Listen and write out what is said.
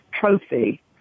trophy